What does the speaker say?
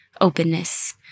openness